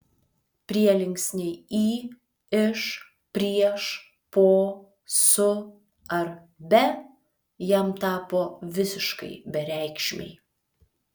prielinksniai į iš prieš po su ar be jam tapo visiškai bereikšmiai